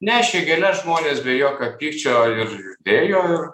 nešė gėles žmonės be jokio pykčio ir ėjo